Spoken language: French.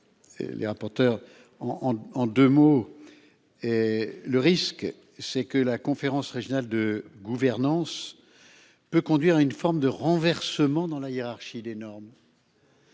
Les rapporteurs. En 2 mots. Et le risque c'est que la conférence régionale de gouvernance. Peut conduire à une forme de renversement dans la hiérarchie des normes.